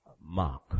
mark